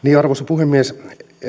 sanoa arvoisa puhemies